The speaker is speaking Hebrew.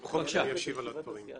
ובכל זאת אני אשיב על הדברים.